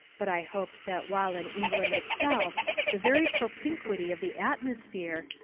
but i hoped that while in england itself the very propinquity of the atmosphere,